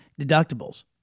deductibles